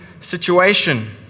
situation